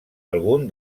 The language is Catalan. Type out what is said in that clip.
algun